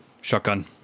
shotgun